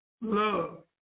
love